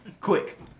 Quick